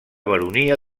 baronia